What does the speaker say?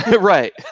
Right